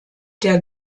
der